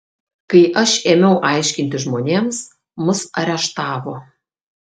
kai aš ėmiau aiškinti žmonėms mus areštavo